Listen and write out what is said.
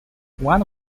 one